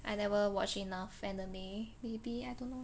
I never watch enough anime maybe I don't know